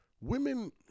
women